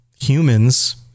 humans